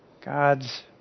God's